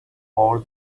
for